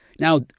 Now